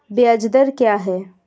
ब्याज दर क्या है?